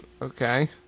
Okay